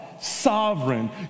sovereign